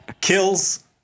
Kills